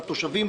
בתושבים,